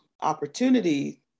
opportunity